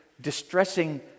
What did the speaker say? distressing